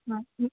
ह